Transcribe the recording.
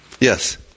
Yes